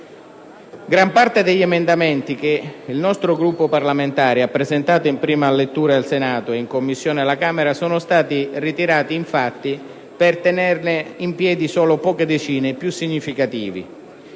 Gran parte degli emendamenti che il nostro Gruppo parlamentare ha presentato, in prima lettura al Senato e in Commissione alla Camera, sono stati ritirati, infatti, per tenerne in piedi solo poche decine, i più significativi,